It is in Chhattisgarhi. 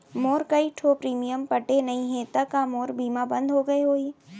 मोर कई ठो प्रीमियम पटे नई हे ता का मोर बीमा बंद हो गए होही?